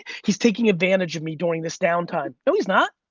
he's taking advantage of me during this down time. no he's not,